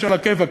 עלא כיפאק,